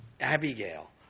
Abigail